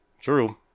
true